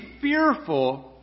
fearful